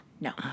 No